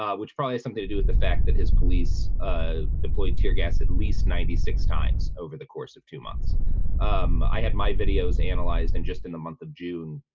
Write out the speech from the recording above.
um which probably has something to do with the fact that his police ah deployed tear gas at least ninety six times over the course of two months um, i had my videos analyzed and just in the month of june.